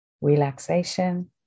relaxation